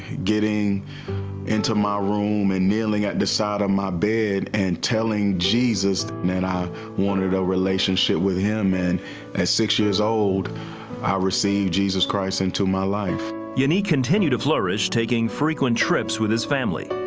getting into my room and kneeling at the side of my bed and telling jesus that i wanted a relationship with him. and at six years old, i received jesus christ into my life unique continued to flourish, taking frequent trips with his family.